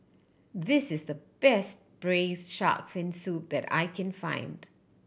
this is the best Braised Shark Fin Soup that I can find